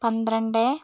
പന്ത്രണ്ട്